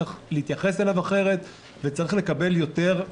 צריך להתייחס אליו אחרת וצריך לקבל יותר,